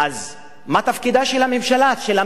אז מה תפקידה של הממשלה, של המדינה?